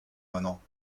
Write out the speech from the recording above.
manants